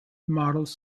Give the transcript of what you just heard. models